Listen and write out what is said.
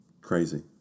Crazy